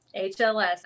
HLS